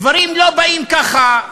דברים לא באים, ככה,